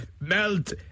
melt